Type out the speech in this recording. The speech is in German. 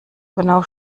genau